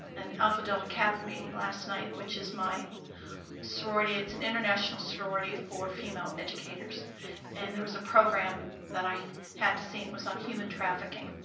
an alpha delta kappa meeting last night, which is my sorority, it's an international sorority for female educators and there was a program that i had to see and it was on human trafficking.